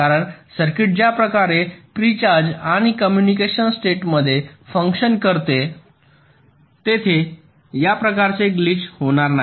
कारण सर्किट ज्या प्रकारे प्री चार्ज आणि कॉम्पुटेशन स्टेटमध्ये फंक्शन करते तेथे या प्रकारचे ग्लिच होणार नाही